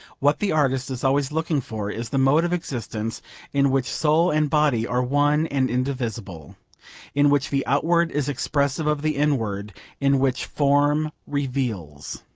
what the artist is always looking for is the mode of existence in which soul and body are one and indivisible in which the outward is expressive of the inward in which form reveals.